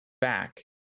back